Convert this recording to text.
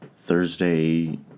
Thursday